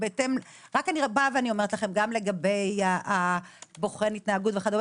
לגבי בוחן ההתנהגות וכו'